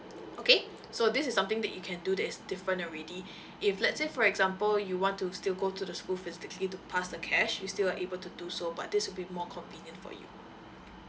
okay so this is something that you can do that is different already if let's say for example you want to still go to the school physically to pass the cash you still are able to do so but this would be more convenient for you